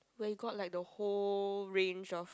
where got like the whole range of